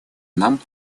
нам